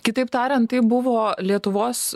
kitaip tariant tai buvo lietuvos